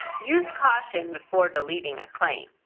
use caution before deleting a claim.